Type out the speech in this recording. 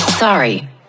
Sorry